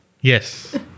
Yes